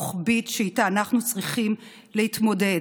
רוחבית, שאיתה אנחנו צריכים להתמודד.